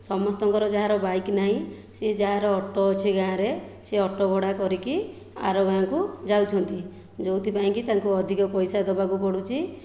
ସମସ୍ତଙ୍କର ଯାହାର ବାଇକ ନାହିଁ ସିଏ ଯାହାର ଅଟୋ ଅଛି ଗାଁରେ ସେ ଅଟୋ ଭଡ଼ା କରିକି ଆର ଗାଁକୁ ଯାଉଛନ୍ତି ଯୋଉଥିପାଇଁକି ତାଙ୍କୁ ଅଧିକ ପଇସା ଦେବାକୁ ପଡ଼ୁଛି